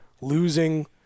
losing